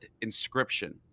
inscription